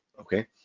Okay